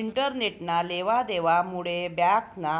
इंटरनेटना लेवा देवा मुडे बॅक ना